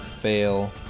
Fail